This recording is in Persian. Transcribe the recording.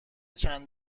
چند